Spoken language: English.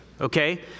okay